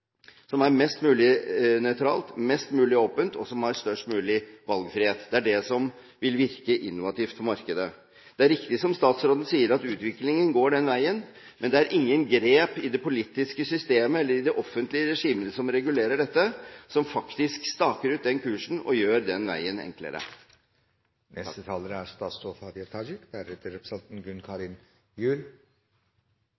som er mest mulig nøytralt, mest mulig åpent, og som har størst mulig valgfrihet. Det er det som vil virke innovativt på markedet. Det er riktig, som statsråden sier, at utviklingen går den veien. Men det er ingen grep i det politiske systemet eller i det offentlige regimet som regulerer dette, som faktisk staker ut kursen og gjør den veien enklere. Til liks med representanten Thommessen er